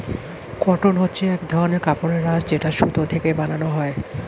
cotton হচ্ছে এক ধরনের কাপড়ের আঁশ যেটা সুতো থেকে বানানো হয়